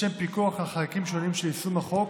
לשם פיקוח על חלקים שונים של יישום החוק